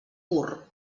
pur